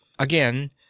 Again